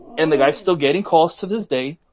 and the guys still getting calls to this day.